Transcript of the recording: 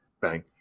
bang